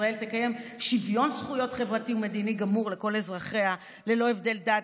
ישראל תקיים שוויון זכויות חברתי ומדיני גמור לכל אזרחיה ללא הבדל דת,